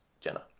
Jenna